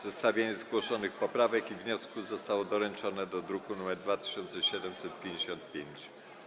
Zestawienie zgłoszonych poprawek i wniosków zostało doręczone do druku nr 2755.